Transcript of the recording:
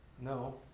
No